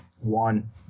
One